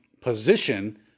position